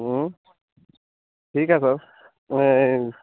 ठीक है सर मैं